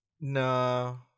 no